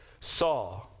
saw